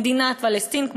מדינה פלסטינית,